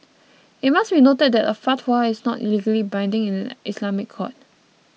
it must be noted that a fatwa is not legally binding in an Islamic court